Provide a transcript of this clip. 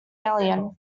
alien